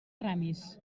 ramis